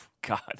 God